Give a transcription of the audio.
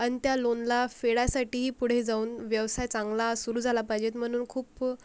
आणि त्या लोनला फेडायसाठीही पुढे जाऊन व्यवसाय चांगला सुरू झाला पाहिजेत म्हणून खूप